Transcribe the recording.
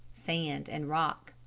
sand and rock.